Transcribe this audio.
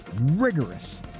rigorous